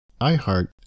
iHeart